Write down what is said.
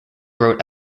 wrote